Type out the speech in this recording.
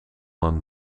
een